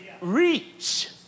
Reach